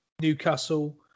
Newcastle